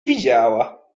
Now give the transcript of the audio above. widziała